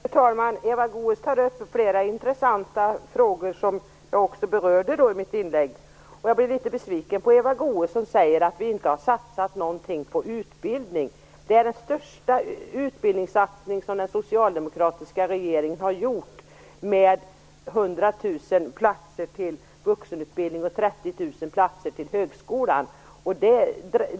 Fru talman! Eva Goës tar upp flera intressanta frågor som jag också berörde i mitt inlägg. Jag blir litet besviken när Eva Goës säger att vi inte har satsat någonting på utbildning. Utbildningssatsningen är den största den socialdemokratiska regeringen har gjort, med 100 000 platser till vuxenutbildning och 30 000 platser till högskolan.